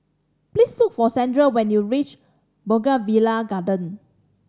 please look for Sandra when you reach Bougainvillea Garden